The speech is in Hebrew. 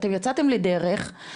אתם יצאתם לדרך,